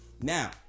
now